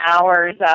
hours